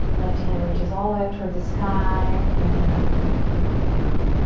left hand reaches all the way up towards the sky and we come back down,